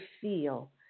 feel